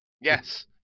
Yes